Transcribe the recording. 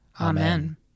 Amen